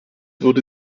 wurde